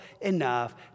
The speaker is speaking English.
enough